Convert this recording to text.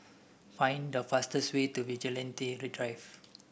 find the fastest way to Vigilante Drive